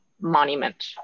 monument